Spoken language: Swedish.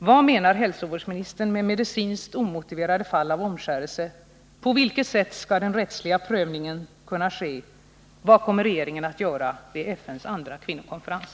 Vad menar hälsovårdsministern med medicinskt omotiverade fall av omskärelse? På vilket sätt skall den rättsliga prövningen kunna ske? Vad kommer regeringen att kunna göra vid FN:s andra kvinnokonferens?